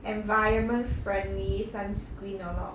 environment friendly sunscreen or not